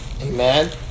Amen